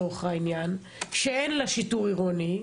שאין לה שיטור עירוני,